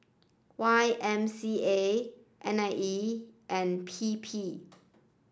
Y M C A N I E and P P